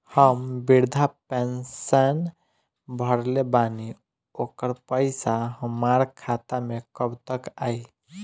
हम विर्धा पैंसैन भरले बानी ओकर पईसा हमार खाता मे कब तक आई?